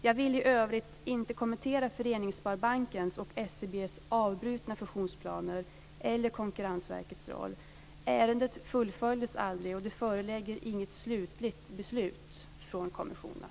Jag vill i övrigt inte kommentera Föreningssparbankens och SEB:s avbrutna fusionsplaner eller Konkurrensverkets roll. Ärendet fullföljdes aldrig, och det föreligger inget slutligt beslut från kommissionen.